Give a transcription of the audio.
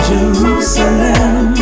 Jerusalem